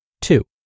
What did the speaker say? Two